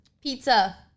Pizza